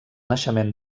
naixement